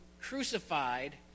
crucified